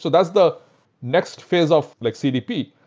so that's the next phase of like cdp.